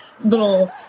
little